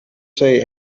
say